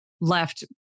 left